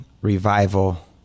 revival